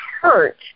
hurt